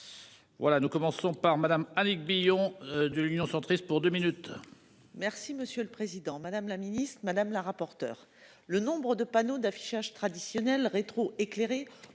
Voilà. Nous commençons par madame Annick Billon de l'Union centriste pour 2 minutes. Merci, monsieur le Président Madame la Ministre madame la rapporteure. Le nombre de panneaux d'affichage traditionnel rétro-éclairé